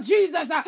Jesus